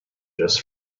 just